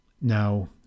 now